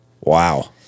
Wow